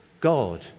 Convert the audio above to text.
god